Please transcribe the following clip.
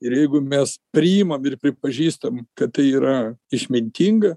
ir jeigu mes priimam ir pripažįstam kad tai yra išmintinga